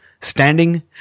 standing